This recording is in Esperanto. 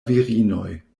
virinoj